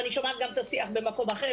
ואני שומעת גם את השיח במקום אחר,